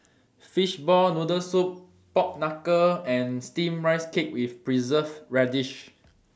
Fishball Noodle Soup Pork Knuckle and Steamed Rice Cake with Preserved Radish